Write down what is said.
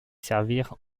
servir